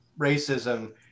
racism